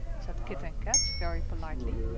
said kit and kat very politely.